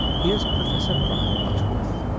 here's professor brian butterworth.